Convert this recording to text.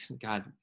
god